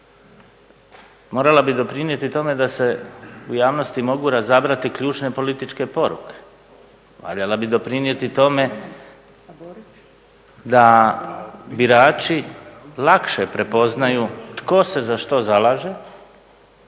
Morala bi doprinijeti tome da se u javnosti mogu razabrati ključne političke poruke. Valjala bi doprinijeti tome da birači lakše prepoznaju tko se za što zalaže,